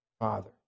father